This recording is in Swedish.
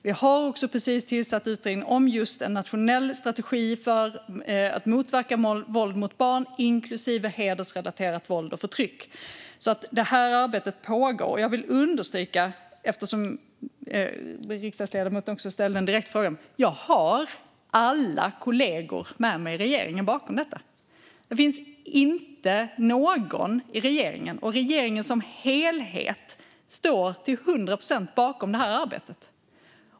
Vi har också precis tillsatt en utredning om en nationell strategi för att motverka våld mot barn, inklusive hedersrelaterat våld och förtryck. Detta arbete pågår. Eftersom riksdagsledamoten ställde en direkt fråga vill jag understryka att jag har alla kollegor i regeringen med mig i detta. Regeringen som helhet står till hundra procent bakom det här arbetet.